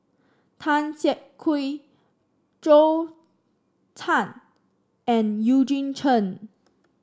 Tan Siak Kew Zhou Can and Eugene Chen